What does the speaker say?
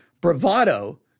bravado